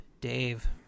Dave